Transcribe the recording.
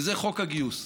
וזה חוק הגיוס.